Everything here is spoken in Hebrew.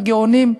הגאונים,